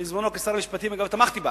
בזמני, כשר המשפטים, אגב, תמכתי בה,